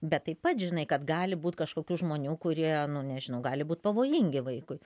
bet taip pat žinai kad gali būt kažkokių žmonių kurie nu nežinau gali būt pavojingi vaikui